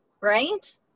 right